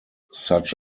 such